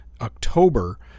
October